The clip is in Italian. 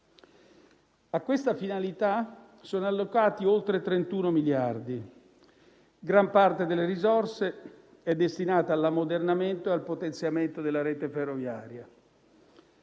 questa finalità sono allocati oltre 31 miliardi di euro. Gran parte delle risorse è destinata all'ammodernamento e al potenziamento della rete ferroviaria.